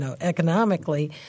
economically